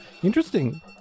Interesting